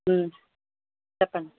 చెప్పండి